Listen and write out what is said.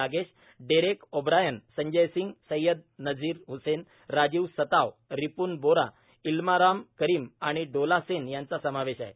Ragesh Derek O'Brien Sanjay Singh Syed Nazir Hussain Rajeev Satav Ripun Bora Elamaram Kareem आणि डोला सेन यांचा समावेश आहे